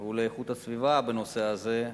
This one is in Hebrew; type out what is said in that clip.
בוועדת הפנים ואיכות הסביבה, בנושא הזה,